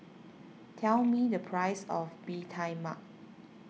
tell me the price of Bee Tai Mak